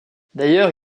d’ailleurs